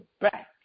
back